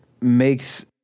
makes